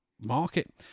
Market